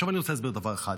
אני רוצה להסביר דבר אחד: